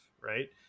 right